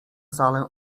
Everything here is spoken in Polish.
salę